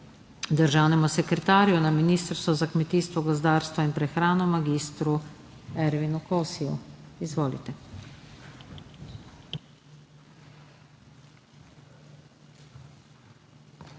državnemu sekretarju na Ministrstvu za kmetijstvo, gozdarstvo in prehrano mag. Ervinu Kosiju. Izvolite.